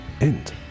end